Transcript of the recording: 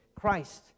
Christ